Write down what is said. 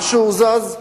מה שהוא זז.